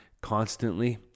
constantly